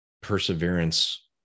perseverance